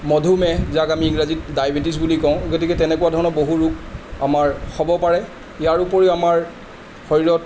মধুমেহ যাক আমি ইংৰাজীত ডায়েবেটিজ বুলি কওঁ গতিকে তেনেকুৱা ধৰণৰ বহু ৰোগ আমাৰ হ'ব পাৰে ইয়াৰোপৰিও আমাৰ শৰীৰত